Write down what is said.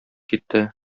китте